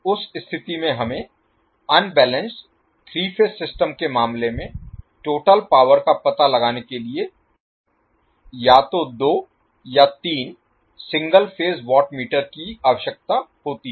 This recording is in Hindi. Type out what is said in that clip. उस स्थिति में हमें अनबैलेंस्ड 3 फेज सिस्टम के मामले में टोटल पावर का पता लगाने के लिए या तो दो या तीन सिंगल फेज वाट मीटर की आवश्यकता होती है